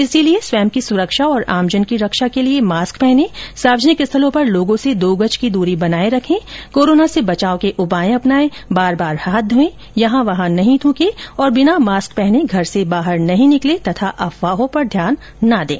इसलिए स्वयं की सुरक्षा और आमजन की रक्षा के लिए मास्क पहनें सार्वजनिक स्थलों पर लोगों से दो गज की दूरी बनाए रखें कोरोना से बचाव के उपाय अपनाएं बार बार हाथ धोएं यहां वहां नहीं थूके और बिना मास्क पहने घर से बाहर नहीं निकले और अफवाहों पर ध्यान न दें